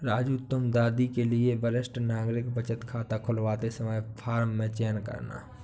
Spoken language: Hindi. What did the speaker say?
राजू तुम दादी के लिए वरिष्ठ नागरिक बचत खाता खुलवाते समय फॉर्म में चयन करना